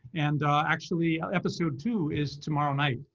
and actually, episode two is tomorrow night.